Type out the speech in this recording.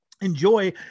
enjoy